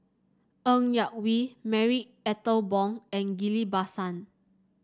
Ng Yak Whee Marie Ethel Bong and Ghillie Basan